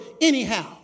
anyhow